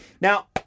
Now